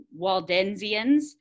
Waldensians